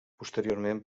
posteriorment